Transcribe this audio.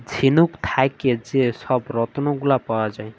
ঝিলুক থ্যাকে যে ছব রত্ল গুলা পাউয়া যায়